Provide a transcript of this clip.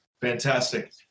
Fantastic